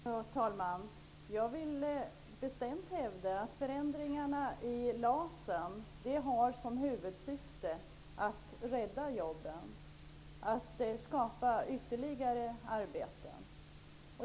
Fru talman! Jag vill bestämt hävda att förändringarna i LAS har till huvudsyfte att rädda jobben, att skapa ytterligare arbeten.